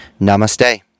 Namaste